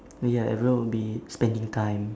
ah ya everyone would be spending time